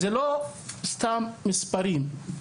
זה לא סתם מספרים,